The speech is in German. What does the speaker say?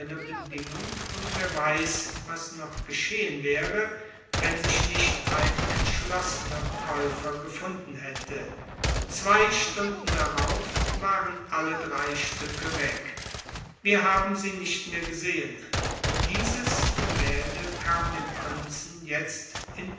bedingung und wer weiß was noch geschehen wäre wenn sich nicht ein entschlossener käufer gefunden hätte zwei stunden darauf waren alle drei stücke weg wir haben sie nicht mehr gesehen dieses gemälde kam dem prinzen jetzt in